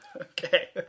Okay